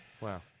Wow